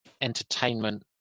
entertainment